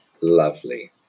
Lovely